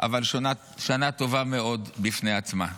אבל שנה טובה מאוד בפני עצמה.